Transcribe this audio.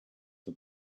for